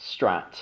Strat